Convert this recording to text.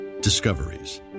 Discoveries